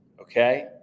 Okay